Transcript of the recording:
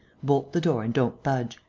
bolt the door and don't budge.